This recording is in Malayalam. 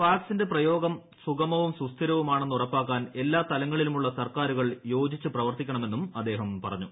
വാക്സിന്റെ പ്രയോഗം സുഗമവും സുസ്ഥിരവു മാണെന്ന് ഉറപ്പാക്കാൻ എല്ലാ തലങ്ങളിലുമുള്ള സർക്കാരുകൾ യോജിച്ചു പ്രവർത്തിക്കണമെന്നും അദ്ദേഹം പറഞ്ഞു